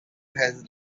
has